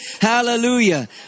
Hallelujah